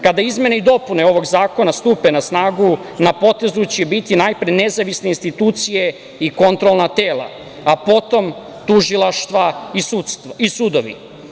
Kada izmene i dopune ovog zakona stupe na snagu na potezu će biti najpre nezavisne institucije i kontrolna tela, a potom tužilaštva i sudovi.